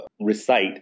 recite